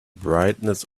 brightness